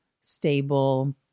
stable